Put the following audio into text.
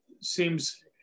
seems